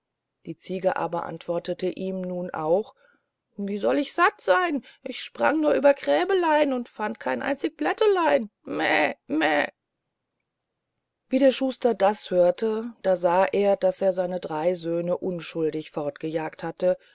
die ziege aber antwortete ihm nun auch wie sollt ich satt seyn ich sprang nur über gräbelein und fand kein einzig blättelein meh meh wie der schuster das hörte da sah er das er seine drei söhne unschuldig fortgejagt hatte